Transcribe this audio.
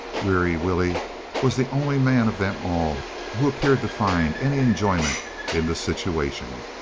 weary willie was the only man of them all who appeared to find any enjoyment in the situation.